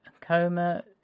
Coma